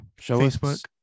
Facebook